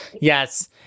Yes